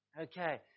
Okay